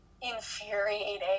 infuriating